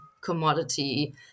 commodity